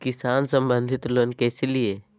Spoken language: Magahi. किसान संबंधित लोन कैसै लिये?